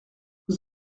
vous